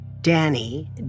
Danny